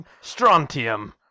strontium